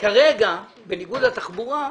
שכרגע, בניגוד לתחבורה,